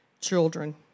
Children